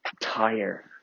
tire